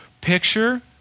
picture